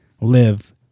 live